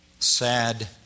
Sad